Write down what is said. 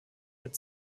mit